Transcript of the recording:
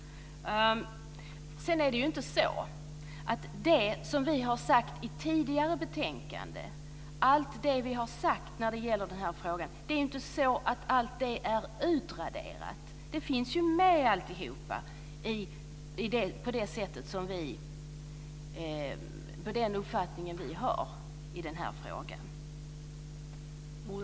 Allt det som vi har sagt i tidigare betänkanden i denna fråga är ju inte utraderat. Den uppfattning som vi har i denna fråga finns ju med.